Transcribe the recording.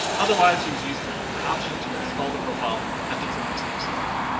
otherwise you would use the option to install the profile at the drives next startup.